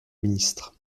ministre